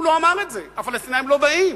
הוא לא אמר את זה, הפלסטינים לא באים,